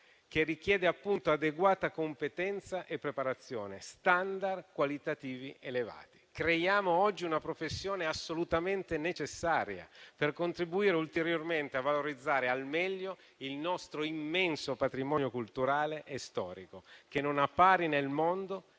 che richiede appunto adeguata competenza e preparazione, *standard* qualitativi elevati. Creiamo oggi una professione assolutamente necessaria per contribuire ulteriormente a valorizzare al meglio il nostro immenso patrimonio culturale e storico, che non ha pari nel mondo